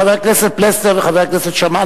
חבר הכנסת פלסנר וחבר הכנסת שאמה,